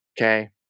okay